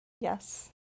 Yes